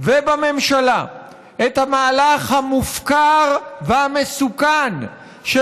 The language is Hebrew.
ובממשלה את המהלך המופקר והמסוכן של